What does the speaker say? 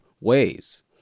ways